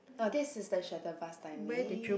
oh this is the shuttle bus timing